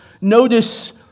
Notice